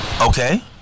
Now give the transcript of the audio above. Okay